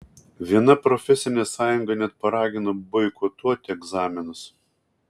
viena profesinė sąjunga net paragino boikotuoti egzaminus